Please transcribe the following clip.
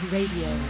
Radio